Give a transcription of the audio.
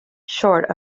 short